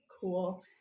cool